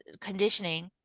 conditioning